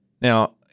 Now